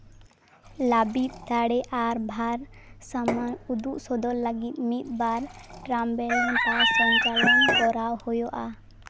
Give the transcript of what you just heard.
ᱞᱟᱹᱵᱤᱫ ᱫᱟᱲᱮ ᱟᱨ ᱵᱷᱟᱨ ᱥᱟᱢᱟᱱ ᱩᱫᱩᱜ ᱥᱚᱫᱚᱨ ᱞᱟᱹᱜᱤᱫ ᱢᱤᱫᱵᱟᱨ ᱴᱨᱟᱢᱵᱮᱞ ᱵᱟ ᱥᱚᱧᱪᱟᱞᱚᱱ ᱠᱚᱨᱟᱣ ᱦᱩᱭᱩᱜᱼᱟ